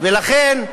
לכן,